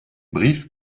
brief